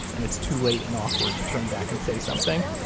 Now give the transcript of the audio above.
and it's too late and awkward to turn back and say something.